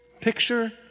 Picture